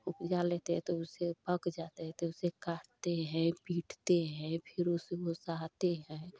उपजा लेते हैं तो उसे पक जाते हैं तो उसे काटते हैं पीटते हैं फ़िर उसे उसाते हैं